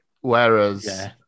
whereas